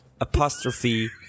Apostrophe